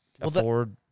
afford